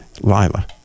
Lila